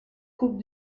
coupe